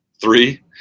Three